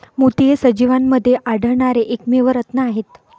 मोती हे सजीवांमध्ये आढळणारे एकमेव रत्न आहेत